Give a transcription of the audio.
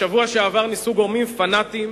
בשבוע שעבר ניסו גורמים פנאטים,